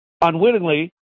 Unwittingly